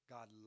God